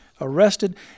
arrested